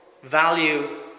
value